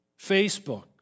Facebook